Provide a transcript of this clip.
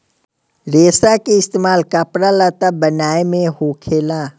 रेसा के इस्तेमाल कपड़ा लत्ता बनाये मे होखेला